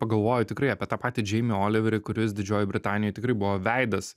pagalvoju tikrai apie tą patį džeimį oliverį kuris didžiojoj britanijoj tikrai buvo veidas